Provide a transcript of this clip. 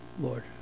Lord